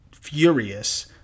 furious